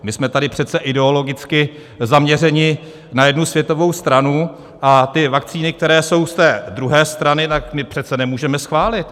My jsme tady přece ideologicky zaměřeni na jednu světovou stranu, a vakcíny, které jsou z té druhé strany, my přece nemůžeme schválit.